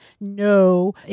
No